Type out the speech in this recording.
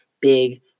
big